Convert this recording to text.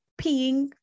peeing